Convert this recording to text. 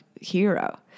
hero